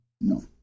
No